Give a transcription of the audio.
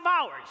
hours